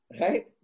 right